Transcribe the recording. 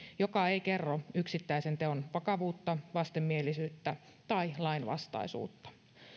joka ei kerro yksittäisen teon vakavuutta vastenmielisyyttä tai lainvastaisuutta